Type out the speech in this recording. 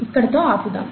ఇక్కడితో ఆపుదాము